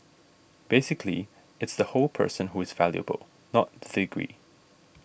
basically it's the whole person who is valuable not degree